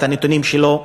את הנתונים שלו,